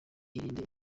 irinde